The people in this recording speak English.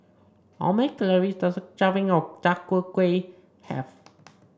how many calories does a serving of char tow kwui have